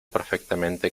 perfectamente